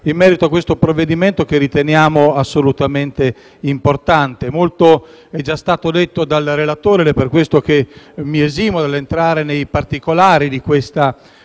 in merito al provvedimento in esame che riteniamo assolutamente importante. Molto è già stato detto dal relatore ed è per questo che mi esimo dall'entrare nei particolari della